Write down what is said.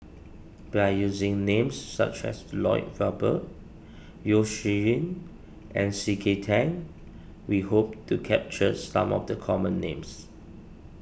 by using names such as Lloyd Valberg Yeo Shih Yun and C K Tang we hope to capture some of the common names